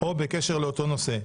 או בקשר לאותו נושא,